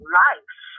life